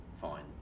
fine